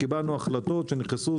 קיבלנו החלטות שנכנסו,